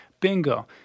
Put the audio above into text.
bingo